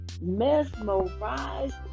mesmerized